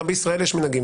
גם בישראל יש מנהגים,